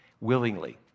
willingly